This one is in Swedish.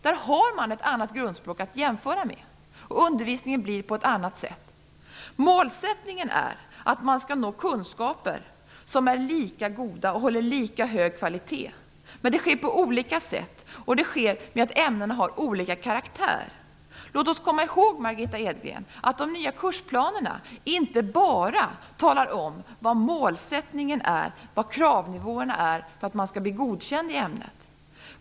Där har man ett annat grundspråk att jämföra med, och undervisningen blir annorlunda. Målsättningen är att man skall nå kunskaper som är lika goda, som håller lika hög kvalitet. Men det sker på olika sätt, och det sker genom att ämnena har olika karaktär. Låt oss komma ihåg, Margitta Edgren, att de nya kursplanerna inte bara talar om vad målsättningen är, vad kravnivåerna är för att man skall bli godkänd i ämnet.